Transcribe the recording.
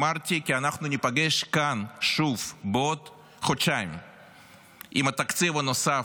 אמרתי כי אנחנו ניפגש כאן שוב בעוד חודשיים עם התקציב הנוסף,